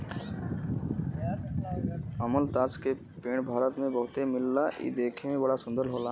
अमलतास के पेड़ भारत में बहुते मिलला इ देखे में बड़ा सुंदर होला